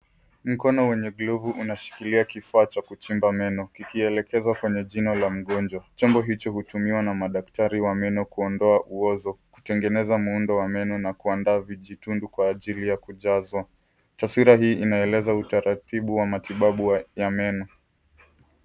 Mkono wenye glavu unashikilia kifaa cha kuchimba meno, kikielekezwa kwenye jino la mgonjwa. Chombo hicho hutumiwa na madaktari wa meno, kuondoa uozo, kutengeneza muundo wa meno na kuandaa vijitundu kwa ajili ya kujazwa. Taswira hii inaeleza utaratibu wa matibabu ya meno.